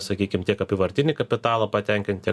sakykim tiek apyvartinį kapitalą patenkint tiek